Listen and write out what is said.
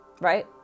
Right